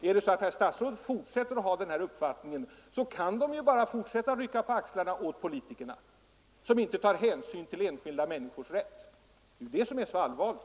Är det så att herr statsrådet vidhåller den här uppfattningen kan de vanliga människorna ju bara fortsätta att rycka på axlarna åt politikerna, som inte tar hänsyn till enskilda människors rätt. Det är det som är så allvarligt.